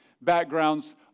backgrounds